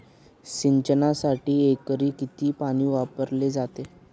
सिंचनासाठी एकरी किती पाणी वापरले जाते?